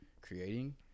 creating